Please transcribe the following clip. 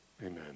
amen